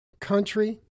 country